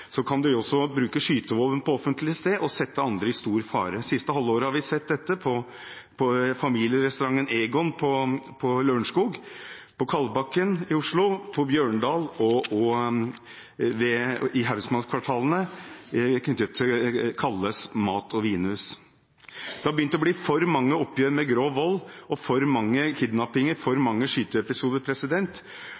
stor fare. Det siste halvåret har vi sett dette på familierestauranten Egon på Lørenskog, på Kalbakken i Oslo, på Bjørndal og ved Hausmannskvartalene knyttet til Calle’s Mat og Vinhus. Det har begynt å bli for mange oppgjør med grov vold, og for mange kidnappinger, for